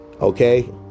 okay